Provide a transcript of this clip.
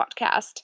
podcast